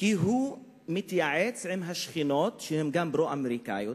שהוא מתייעץ עם השכנות שהן פרו-אמריקניות,